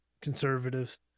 conservatives